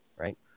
right